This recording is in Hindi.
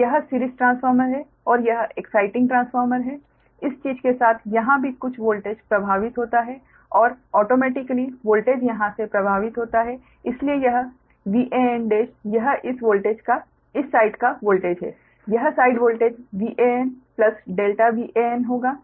तो यह सीरीज़ ट्रांसफ़ॉर्मर है और यह एक्साइटिंग ट्रांसफार्मर है इस चीज़ के साथ यहाँ भी कुछ वोल्टेज प्रभावित होता है और ऑटोमेटिकली वोल्टेज यहाँ से प्रभावित होता है इसलिए यह Van1 यह इस साइड का वोल्टेज है यह साइड वोल्टेज Van∆Van होगा